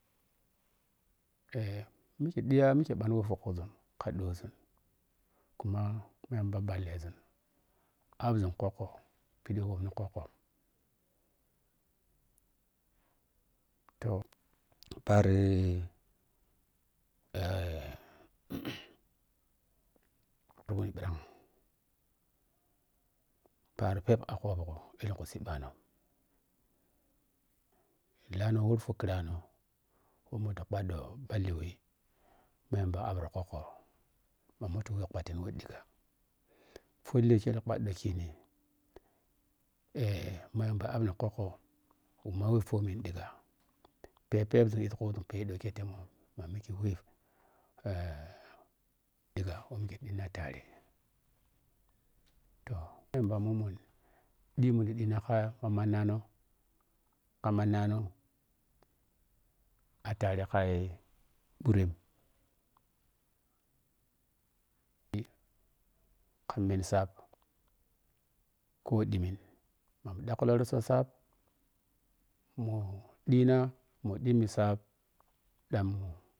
Eh mike diya mike pann we fokuzun ka ɗozun kuma nay amba ballezun appzun khuggko phidi wonini khuggko toh paari eh wuni sii bano lanno wor fo kurano wo moto phaɗo ɓhalli we ma yamba appro khggko ma moto we paatin wedligga folle kire phado kini eh ma yamba, appni khuggko mo we ffamin dhigga phepphezun is kuzun peedow ke temoi ma mike we eh ɗigga ma mike ɗina tare toh ma yamba mun mun dhimu kadina ka mannhno a tare ka bhure kam mensaa koh dimin mamu dukkulo ratso saa mu dina mu dimmisaa damu.